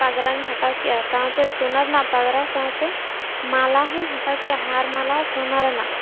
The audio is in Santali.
ᱯᱟᱜᱽᱨᱟᱧ ᱦᱟᱛᱟᱣ ᱠᱮᱫᱼᱟ ᱥᱟᱶᱛᱮ ᱥᱚᱱᱟ ᱨᱮᱱᱟᱜ ᱯᱟᱜᱽᱨᱟ ᱥᱟᱶᱛᱮ ᱢᱟᱞᱟ ᱦᱚᱸᱧ ᱦᱟᱛᱟᱣ ᱠᱮᱫᱼᱟ ᱦᱟᱨ ᱢᱟᱞᱟ ᱥᱚᱱᱟ ᱨᱮᱱᱟᱜ